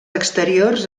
exteriors